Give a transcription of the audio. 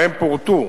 שבהן פורטו